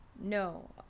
no